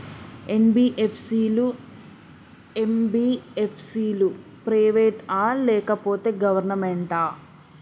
NBFC లు, MBFC లు private ఆ లేకపోతే గవర్నమెంటా?